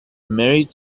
married